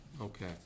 Okay